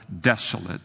desolate